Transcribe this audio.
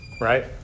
Right